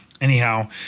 Anyhow